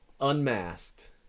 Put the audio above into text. Unmasked